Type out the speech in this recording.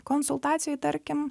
konsultacijoj tarkim